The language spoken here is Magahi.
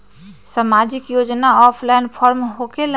समाजिक योजना ऑफलाइन फॉर्म होकेला?